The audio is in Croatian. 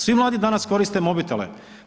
Svi mladi danas koriste mobitele.